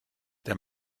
der